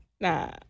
Nah